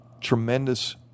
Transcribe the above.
tremendous